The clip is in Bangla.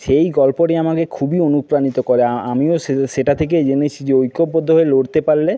সেই গল্পটি আমাকে খুবই অনুপ্রাণিত করে আআমিও সে সেটা থেকে জেনেছি যে ঐক্যবদ্ধ হয়ে লড়তে পারলে